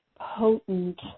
potent